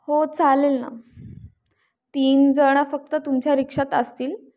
हो चालेल ना तीनजणं फक्त तुमच्या रिक्षात असतील